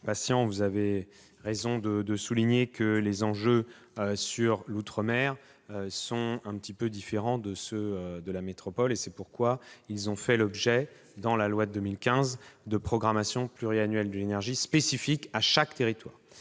Patient, vous avez raison de souligner que les enjeux dans les outre-mer sont quelque peu différents de ceux de la métropole. C'est pourquoi les outre-mer ont fait l'objet, dans la loi de 2015, de programmations pluriannuelles de l'énergie spécifiques à chaque territoire.